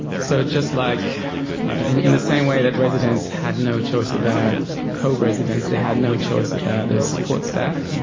so just like and in the same way that residents had no choice about co-residents they had no choice about their support staff.